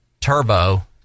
Turbo